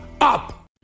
up